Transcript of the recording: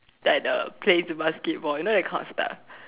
like the plays the basketball you know that kind of stuff